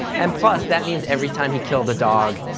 and plus, that means every time he killed a dog,